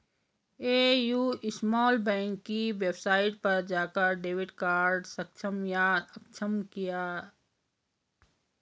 AU small bank की website पर जाकर डेबिट कार्ड सक्षम या अक्षम किया